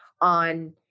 on